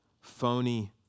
phony